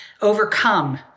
overcome